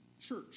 church